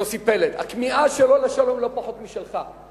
יוסי פלד, הכמיהה שלו לשלום לא פחותה משלך.